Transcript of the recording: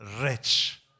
rich